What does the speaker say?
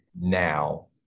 now